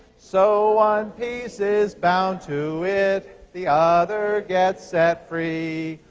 so one piece is bound to it. the other gets set free.